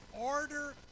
order